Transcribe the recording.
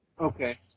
Okay